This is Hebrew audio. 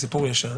זה סיפור ישן